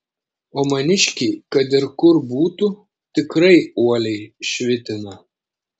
o maniškiai kad ir kur būtų tikrai uoliai švitina